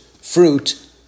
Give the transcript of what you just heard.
fruit